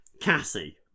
Cassie